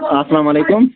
اَسلام علیکُم